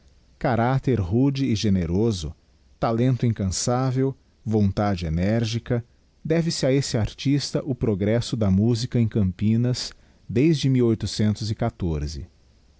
caracter rude e generoso talento incansável vontade enérgica deve se a esse artista o progresso da musica em campinas desde